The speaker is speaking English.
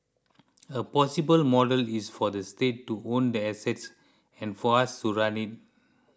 a possible model is for the state to own the assets and for us to run it